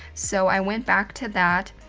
so i went back to that.